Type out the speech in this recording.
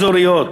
אזוריות,